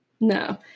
No